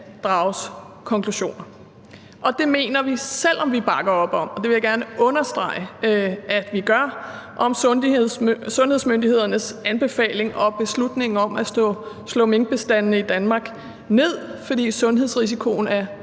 drages konklusioner. Og det mener vi, selv om vi bakker op om – og det vil jeg gerne understrege vi gør – sundhedsmyndighedernes anbefaling og beslutning om at slå minkbestandene i Danmark ned, fordi sundhedsrisikoen er